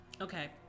Okay